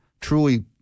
truly